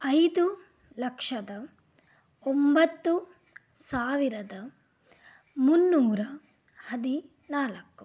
ಐದು ಲಕ್ಷದ ಒಂಬತ್ತು ಸಾವಿರದ ಮೂನ್ನೂರ ಹದಿನಾಲ್ಕು